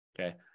Okay